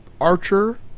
Archer